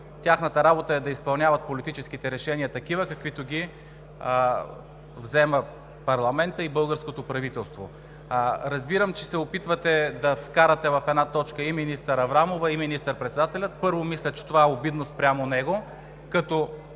Тяхната работа е да изпълняват политическите решения такива, каквито ги взимат парламентът и българското правителство. Разбирам, че се опитвате да вкарате в една точка и министър Аврамова и министър-председателя. Първо, мисля, че това е обидно спрямо него като